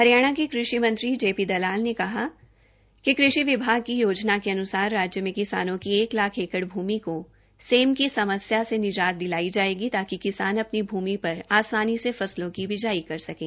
हरियाणा के कृषि मंत्री श्री जे पी दलाल ने कहा है कि कृषि विभाग की याजना के अन्सार राज्य में किसानों की एक लाख एकड़ भूमि का सेम की समस्या से निजात दिलाई जाएगी ताकि किसान अपनी भूमि पर आसानी से फसलों की बिजाई कर सकें